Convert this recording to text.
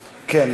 בבקשה,